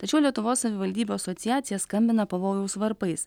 tačiau lietuvos savivaldybių asociacija skambina pavojaus varpais